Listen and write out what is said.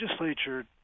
legislature